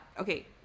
okay